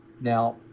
Now